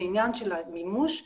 זה עניין של מימוש ויישום,